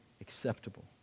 acceptable